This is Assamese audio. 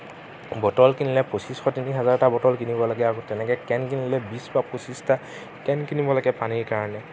বটল কিনিলে পঁচিছশ তিনি হাজাৰটা বটল কিনিবলগীয়া হ'ব তেনেকে কেন কিনিলে বিশটা পঁচিশটা কেন কিনিব লাগে পানীৰ কাৰণে